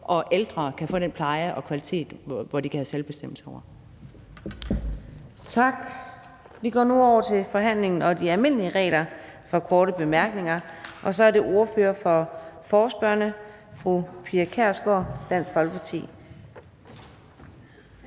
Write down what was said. at ældre kan få den pleje og kvalitet, hvor de kan have selvbestemmelse. Kl. 15:15 Fjerde næstformand (Karina Adsbøl): Tak. Vi går nu over til forhandlingen og de almindelige regler for korte bemærkninger. Så er det ordføreren for forespørgerne, fru Pia Kjærsgaard, Dansk Folkeparti.